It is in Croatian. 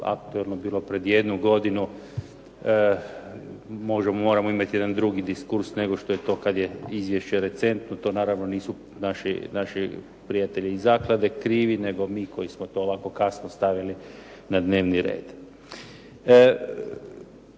aktualno bilo pred jednu godinu, moramo imati jedan drugi diskurs nego što je to kad je izvješće recentno. To naravno nisu naši prijatelji iz zaklade krivi, nego mi koji smo to ovako kasno stavili na dnevni red.